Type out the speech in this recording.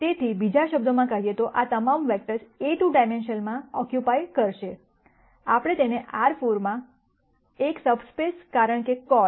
તેથી બીજા શબ્દોમાં કહીએ તો આ તમામ વેક્ટર્સ A₂ ડાઈમેન્શનલ ઓક્યુપાઇ કરશેઆપણે તેને R 4 માં એક subspace કારણ કે કૉલ